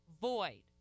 void